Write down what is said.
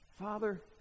Father